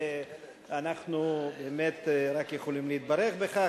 ואנחנו באמת רק יכולים להתברך בכך.